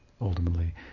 Ultimately